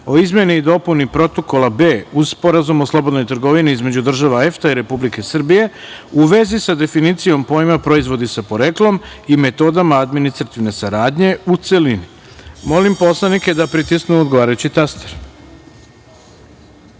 o izmeni i dopuni Protokola B uz Sporazum o slobodnoj trgovini između država EFTA i Republike Srbije u vezi sa definicijom pojma „proizvodi sa poreklom“ i metodama administrativne saradnje, u celini. Molim poslanike da pritisnu odgovarajući